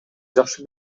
жакшы